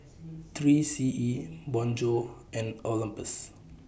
three C E Bonjour and Olympus